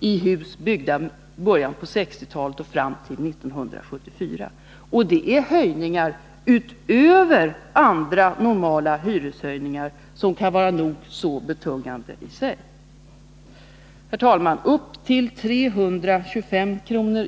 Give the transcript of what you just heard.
i hus byggda i början av 1960-talet och fram till 1974. Och det är höjningar utöver andra normala hyreshöjningar, som kan vara nog så betungande i sig. Herr talman! Effekten blir alltså upp till 325 kr.